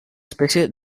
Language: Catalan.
espècie